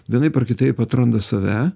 vienaip ar kitaip atranda save